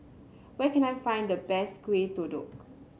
where can I find the best Kueh Kodok